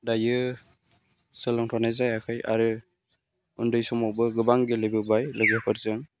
दायो सोलोंथ'नाय जायाखै आरो उन्दै समावबो गोबां गेलेबोबाय लोगोफोरजों